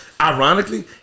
Ironically